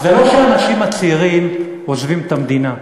זה לא שהאנשים הצעירים עוזבים את המדינה,